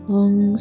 Long